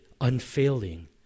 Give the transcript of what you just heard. unfailing